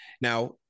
Now